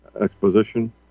exposition